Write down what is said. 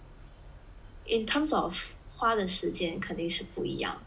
in terms of 花的时间肯定是不一样